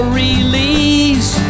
release